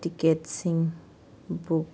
ꯇꯤꯛꯀꯦꯠꯁꯤꯡ ꯕꯨꯛ